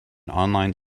online